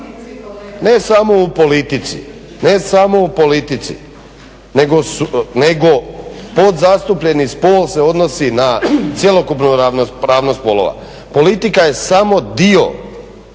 Ne samo u politici, nego podzastupljeni spol se odnosi na cjelokupnu ravnopravnost spolova. Politika je samo dio